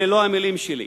אלה לא המלים שלי,